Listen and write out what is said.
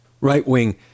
right-wing